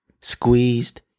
Squeezed